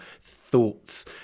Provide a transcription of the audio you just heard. thoughts